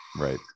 right